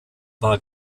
war